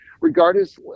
regardless